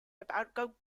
about